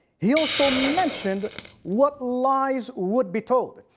he also mentioned what lies would be told.